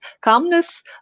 calmness